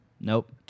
Nope